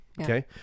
Okay